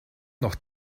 noch